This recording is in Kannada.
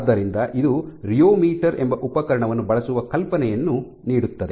ಆದ್ದರಿಂದ ಇದು ರಿಯೋಮೀಟರ್ ಎಂಬ ಉಪಕರಣವನ್ನು ಬಳಸುವ ಕಲ್ಪನೆಯನ್ನು ನೀಡುತ್ತದೆ